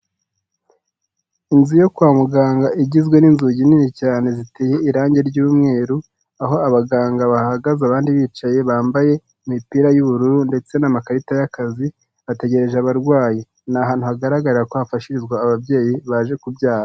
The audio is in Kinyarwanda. Inzu yo kwa muganga igizwe n'inzugi nini cyane ziteye irange ry'umweru, aho abaganga bahagaze abandi bicaye bambaye imipira y'ubururu ndetse n'amakarita y'akazi bategereje abarwayi. Ni ahantu hagaragara ko hafashirizwa ababyeyi baje kubyara.